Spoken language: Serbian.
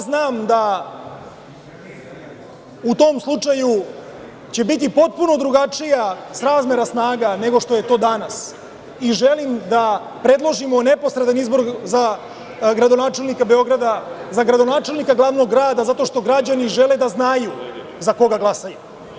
Znam da u tom slučaju biće potpuno drugačija srazmera snaga nego što je to danas i želim da predložimo neposredan izbor za gradonačelnika Beograda, za gradonačelnika glavnog grada zato što građani žele da znaju za koga glasaju.